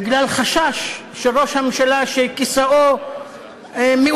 בגלל חשש של ראש הממשלה שכיסאו מאוים,